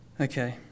Okay